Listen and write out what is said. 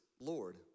Lord